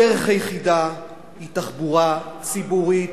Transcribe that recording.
הדרך היחידה היא תחבורה ציבורית,